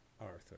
Arthur